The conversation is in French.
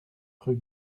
rue